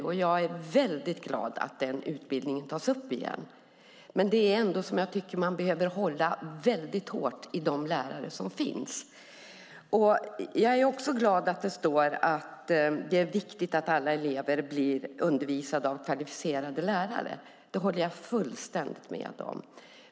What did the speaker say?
Jag är därför mycket glad över att den utbildningen tas upp igen. Men jag tycker att man behöver hålla mycket hårt i de lärare som finns. Jag är också glad över att det i svaret står att det är viktigt att alla elever blir undervisade av kvalificerade lärare. Det håller jag fullständigt med om.